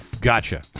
Gotcha